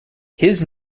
his